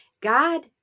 God